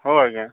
ହଉ ଆଜ୍ଞା